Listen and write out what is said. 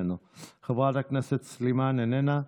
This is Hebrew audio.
איננו,